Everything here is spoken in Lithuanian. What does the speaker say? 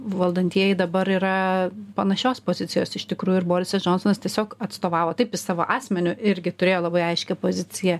valdantieji dabar yra panašios pozicijos iš tikrųjų ir borisas džonsonas tiesiog atstovavo taip jis savo asmeniu irgi turėjo labai aiškią poziciją